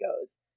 goes